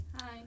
Hi